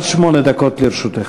פעם אחת, עם השטויות שלך.